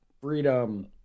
freedom